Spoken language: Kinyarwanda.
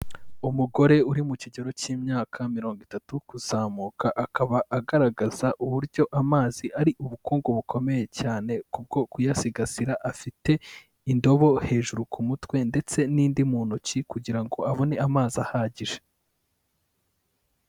Umugore uri mu kigero cy'imyaka mirongo itatu kuzamuka akaba agaragaza uburyo amazi ari ubukungu bukomeye cyane kubwo kuyasigasira, afite indobo hejuru ku mutwe ndetse n'indi mu ntoki kugira ngo abone amazi ahagije.